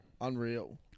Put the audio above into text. Unreal